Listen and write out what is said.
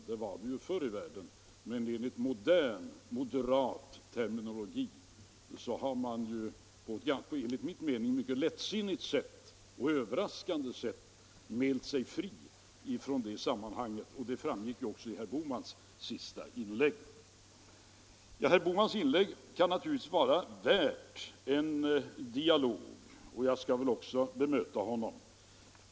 Det var det ju förr i världen, men enligt modern moderat terminologi har man på ett enligt min mening mycket lättsinnigt och överraskande sätt mält sig fri från det sammanhanget, och det framgick även av herr Bohmans senaste inlägg. Vad herr Bohman sagt kan naturligtvis vara värt en dialog, och jag skall väl också bemöta honom.